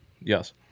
Yes